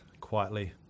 quietly